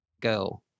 go